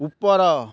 ଉପର